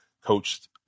coached